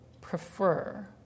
prefer